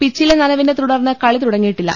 പിച്ചിലെ നനവിനെ തുടർന്ന് കളി തുടങ്ങിയിട്ടില്ല